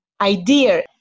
idea